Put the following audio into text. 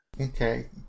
Okay